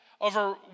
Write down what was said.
over